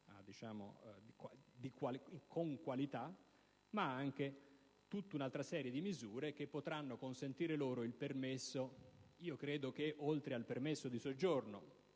con qualità, ma anche tutta un'altra serie di misure che potranno consentire loro di richiedere il permesso di soggiorno.